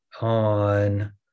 on